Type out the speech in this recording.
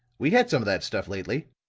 we had some of that stuff lately.